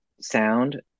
sound